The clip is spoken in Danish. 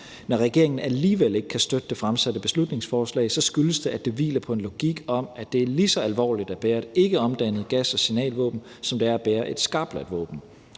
Når regeringen alligevel ikke kan støtte det fremsatte beslutningsforslag, skyldes det, at det hviler på en logik om, at det er lige så alvorligt at bære et ikke omdannet gas- og signalvåben, som det er at bære et skarpladt våben,